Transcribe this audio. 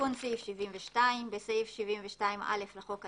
תיקון סעיף 727. בסעיף 72(א) לחוק העיקרי,